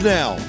now